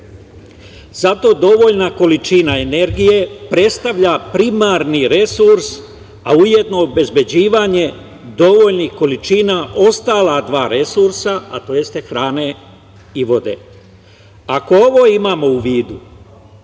Zato dovoljna količina energije predstavlja primarni resurs, a ujedno, obezbeđivanje dovoljnih količina ostala dva resursa, a to jeste hrane i vode. Ako ovo imamo u vidu,